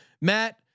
Matt